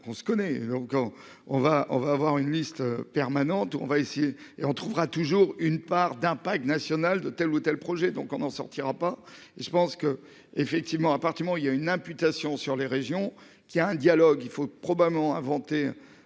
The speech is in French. quand on va, on va avoir une liste permanente. On va essayer et on trouvera toujours une part d'impact national de tel ou tel projet, donc on n'en sortira pas. Et je pense que effectivement appartement il y a une imputation sur les régions qu'il a un dialogue, il faut probablement inventer